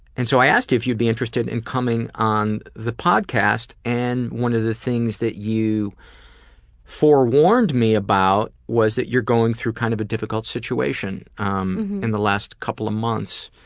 and so i asked you if you'd be interested in coming on the podcast and one of the things that you forewarned me about was that you're going through kind of a difficult situation um in the last couple of months.